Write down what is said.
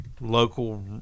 local